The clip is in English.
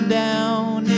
down